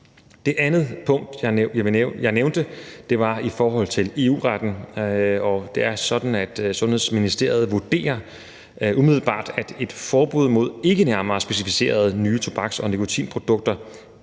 Det andet punkt, jeg nævnte, var i forhold til EU-retten. Det er sådan, at Sundhedsministeriet umiddelbart vurderer, at et forbud mod ikke nærmere specificerede nye tobaks- og nikotinprodukter